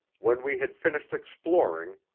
when we had finished exploring,